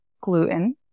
gluten